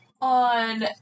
on